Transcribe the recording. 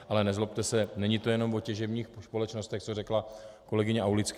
Ale nezlobte se, není to jenom o těžebních společnostech, co řekla kolegyně Aulická.